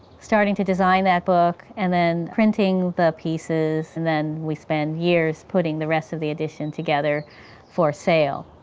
starting to design that book and then printing the pieces. then we spend years putting the rest of the edition together for sale.